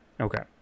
Okay